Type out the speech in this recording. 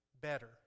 better